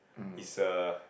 is a